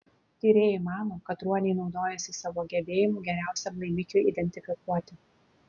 tyrėjai mano kad ruoniai naudojasi savo gebėjimu geriausiam laimikiui identifikuoti